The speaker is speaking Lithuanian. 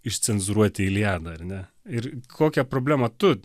iš cenzūruoti eliadą ar ne ir kokią problemą tu